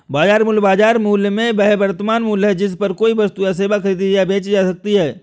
बाजार मूल्य, बाजार मूल्य में वह वर्तमान मूल्य है जिस पर कोई वस्तु या सेवा खरीदी या बेची जा सकती है